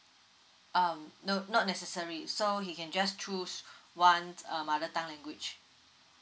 um no not necessary so he can just choose one um mother tongue language